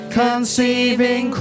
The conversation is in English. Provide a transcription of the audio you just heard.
conceiving